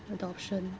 adoption